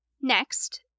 Next